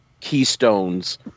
keystones